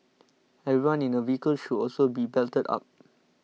everyone in a vehicle should also be belted up